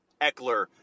Eckler